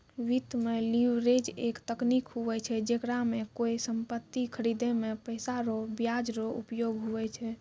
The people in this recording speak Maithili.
वित्त मे लीवरेज एक तकनीक हुवै छै जेकरा मे कोय सम्पति खरीदे मे पैसा रो ब्याज रो उपयोग हुवै छै